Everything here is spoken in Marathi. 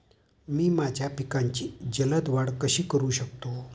मी माझ्या पिकांची जलद वाढ कशी करू शकतो?